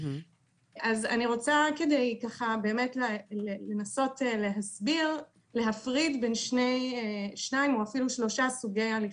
כדי לנסות להסביר, אפריד בין שלושה סוגי הליכים: